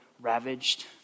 ravaged